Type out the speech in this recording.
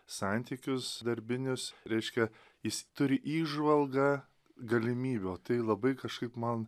santykius darbinius reiškia jis turi įžvalgą galimybę o tai labai kažkaip man